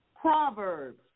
Proverbs